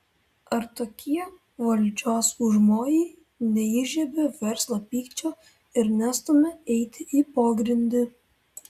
ar tokie valdžios užmojai neįžiebia verslo pykčio ir nestumia eiti į pogrindį